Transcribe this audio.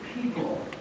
people